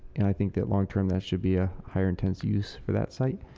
and i think that long-term that should be a higher intense use for that site